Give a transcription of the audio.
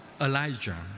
Elijah